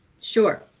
Sure